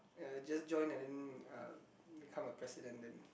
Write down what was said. uh just join and then uh become a president then